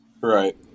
Right